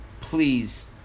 please